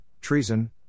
treason